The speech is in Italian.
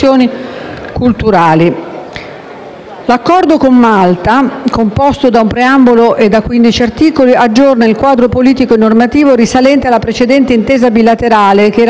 L'Accordo con Malta, composto da un preambolo e da 15 articoli, aggiorna il quadro politico e normativo risalente alla precedente intesa bilaterale del 1967.